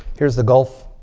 here's the gulf.